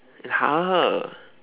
it's her